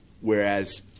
Whereas